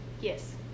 yes